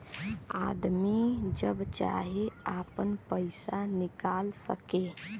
आदमी जब चाहे आपन पइसा निकाल सके